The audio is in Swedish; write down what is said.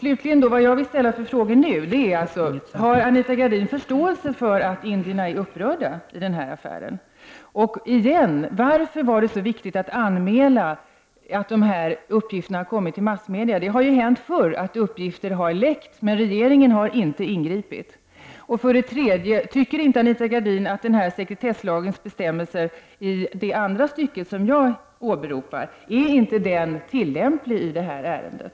De frågor jag vill ställa nu är alltså: Har Anita Gradin förståelse för att indierna är upprörda i den här affären? Återigen: Varför var det så viktigt att anmäla att de här uppgifterna har kommit till massmedia? Det har ju hänt förr att uppgifter har läckt, utan att regeringen har ingripit. Tycker Anita Gradin att sekretesslagens bestämmelser i det andra stycket, som jag åberopar, är tillämpliga i det här ärendet?